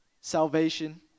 Salvation